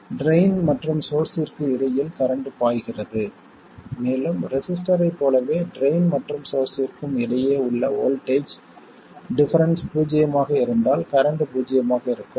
drain மற்றும் சோர்ஸ்ஸிற்கு இடையில் கரண்ட் பாய்கிறது மேலும் ரெசிஸ்டர் ஐப் போலவே ட்ரைன் மற்றும் சோர்ஸ்ஸிற்கும் இடையே உள்ள வோல்ட்டேஜ் டிப்பரென்ஸ் பூஜ்ஜியமாக இருந்தால் கரண்ட் பூஜ்ஜியமாக இருக்கும்